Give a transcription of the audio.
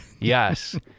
Yes